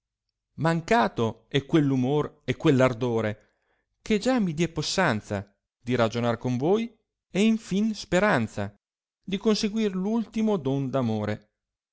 mancato è queir umor e quell'ardore che già mi die possanza di ragionar con voi e in fin speranza di conseguir l'ultimo don